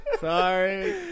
Sorry